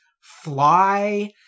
fly